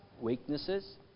weaknesses